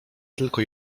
tylko